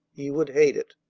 he would hate it,